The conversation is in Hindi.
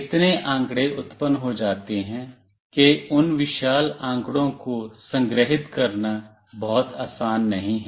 इतने आंकड़े उत्पन्न हो जाते है कि उन विशाल आंकड़ों को संग्रहीत करना बहुत आसान नहीं है